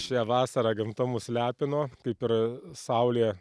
šią vasarą gamta mus lepino kaip ir saulė